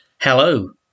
Hello